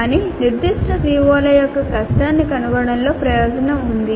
కానీ నిర్దిష్ట CO ల యొక్క కష్టాన్ని కనుగొనడంలో ప్రయోజనం ఉంది